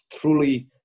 truly